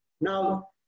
Now